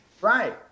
Right